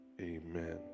Amen